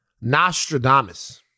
Nostradamus